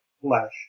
flesh